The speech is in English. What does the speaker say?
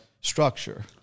structure